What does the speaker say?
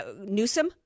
Newsom